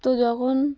তো যখন